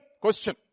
Question